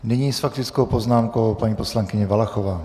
Nyní s faktickou poznámkou paní poslankyně Valachová.